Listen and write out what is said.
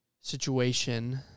situation